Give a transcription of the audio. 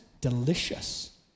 delicious